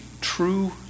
true